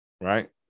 right